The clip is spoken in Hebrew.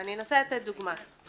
ואני אנסה לתת דוגמה.